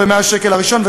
ומהשקל הראשון,